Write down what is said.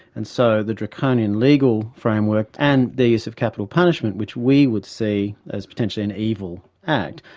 and so the draconian legal framework and the use of capital punishment, which we would see as potentially an evil act,